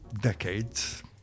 decades